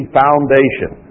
foundation